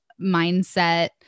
mindset